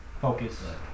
focus